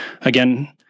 again